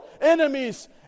enemies